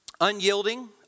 unyielding